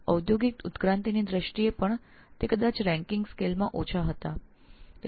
ઔદ્યોગિક ઉત્ક્રાંતિની દ્રષ્ટિએ પણ તફાવત છે તેઓ કદાચ ધોરણના દરે આપણા કરતા ન્યૂન છે